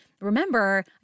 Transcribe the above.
Remember